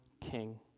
king